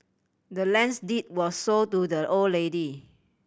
the land's deed was sold to the old lady